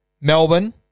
Melbourne